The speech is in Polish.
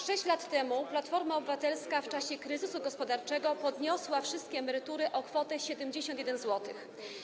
6 lat temu Platforma Obywatelska w czasie kryzysu gospodarczego podniosła wszystkie emerytury o kwotę 71 zł.